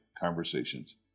conversations